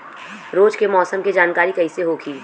रोज के मौसम के जानकारी कइसे होखि?